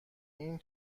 این